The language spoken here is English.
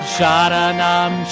Sharanam